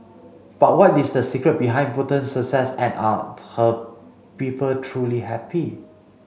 but what is the secret behind Bhutan's success and are her people truly happy